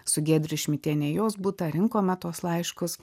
su giedre šmitiene į jos butą rinkome tuos laiškus